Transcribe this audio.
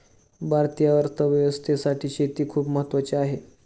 भारतीय अर्थव्यवस्थेसाठी शेती खूप महत्त्वाची आहे